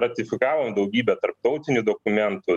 ratifikavom daugybę tarptautinių dokumentų